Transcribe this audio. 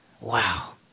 Wow